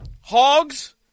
Hogs